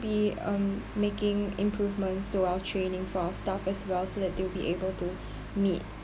be um making improvements to our training for our staff as well so that they will be able to meet